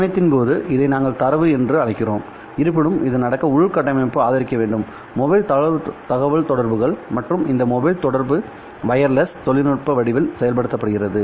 பயணத்தின்போது இதை நாங்கள் தரவு என்று அழைக்கிறோம் இருப்பினும் இது நடக்க உள்கட்டமைப்பு ஆதரிக்க வேண்டும் மொபைல் தகவல்தொடர்புகள் மற்றும் இந்த மொபைல் தொடர்பு வயர்லெஸ் தொழில்நுட்ப வடிவத்தில் செயல்படுத்தப்படுகிறது